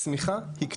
השמיכה היא קצרה,